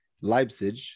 Leipzig